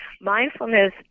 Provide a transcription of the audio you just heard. mindfulness